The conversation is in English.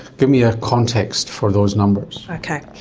give me a context for those numbers. okay.